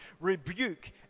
rebuke